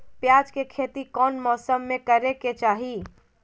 प्याज के खेती कौन मौसम में करे के चाही?